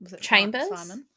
chambers